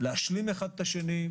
להשלים אחד את השני.